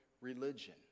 religion